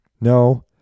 No